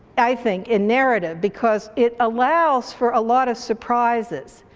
i think, in narrative because it allows for a lot of surprises.